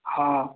ହଁ